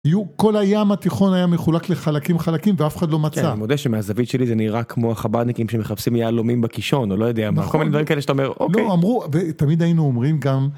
כל הים התיכון היה מחולק לחלקים חלקים ואף אחד לא מצא. אני מודה שמהזווית שלי זה נראה כמו החבדניקים שמחפשים יהלומים בקישון או לא יודע מה. אנחנו כמוני דברים כאלה שאתה אומר אוקיי. לא אמרו ותמיד היינו אומרים גם.